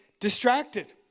distracted